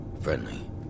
Friendly